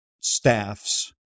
staffs